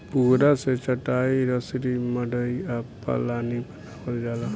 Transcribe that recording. पुआरा से चाटाई, रसरी, मड़ई आ पालानी बानावल जाला